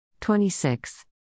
26